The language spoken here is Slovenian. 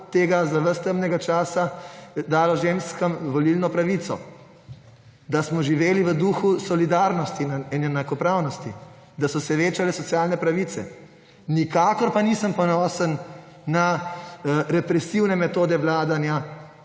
tega za vas temnega časa dala ženskam volilna pravica, da smo živeli v duhu solidarnosti in enakopravnosti, da so se večale socialne pravice. Nikakor pa nisem ponosen na represivne metode vladanja,